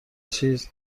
چیز